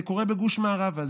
זה קורה בגוש מערבא,